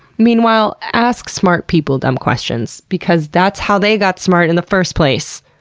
meanwhile, ask smart people dumb questions. because that's how they got smart in the first place!